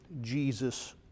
Jesus